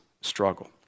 struggle